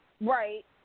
Right